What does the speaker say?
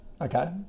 Okay